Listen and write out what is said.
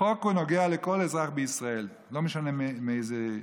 החוק נוגע לכל אזרח בישראל, לא משנה מאיזה,